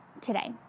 today